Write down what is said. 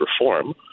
reform